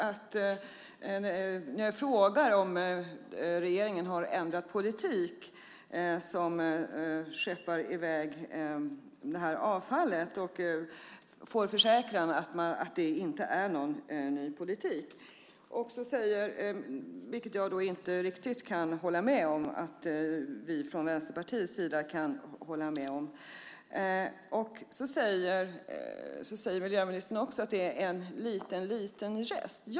När jag frågar om regeringen har ändrat politik, då man skeppar i väg det här avfallet, får jag en försäkran om att det inte är någon ny politik, vilket vi från Vänsterpartiets sida inte riktigt kan hålla med om. Miljöministern säger också att det är en liten rest.